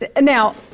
now